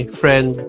friend